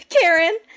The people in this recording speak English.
Karen